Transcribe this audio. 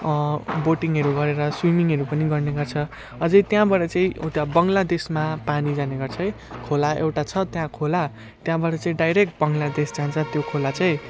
बोटिङहरू गरेर स्विमिङहरू पनि गर्ने गर्छ अझै त्यहाँबाट चाहिँ उता बङ्गलादेशमा पानी जाने गर्छ कि खोला एउटा छ त्यहाँ खोला त्यहाँबाट चाहिँ डाइरेक्ट बङ्गलादेश जान्छ त्यो खोला चाहिँ